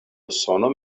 usono